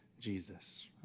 Jesus